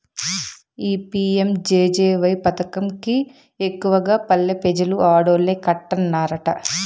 ఈ పి.యం.జె.జె.వై పదకం కి ఎక్కువగా పల్లె పెజలు ఆడోల్లే కట్టన్నారట